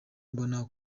mbona